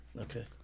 Okay